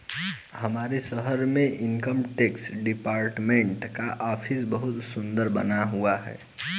हमारे शहर में इनकम टैक्स डिपार्टमेंट का ऑफिस बहुत सुन्दर बना हुआ है